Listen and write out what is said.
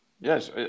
Yes